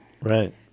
Right